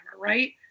right